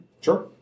Sure